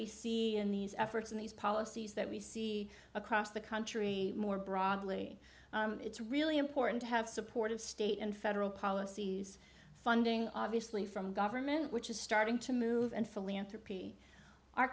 we see in these efforts and these policies that we see across the country more broadly it's really important to have support of state and federal policies funding obviously from government which is starting to move and philanthropy our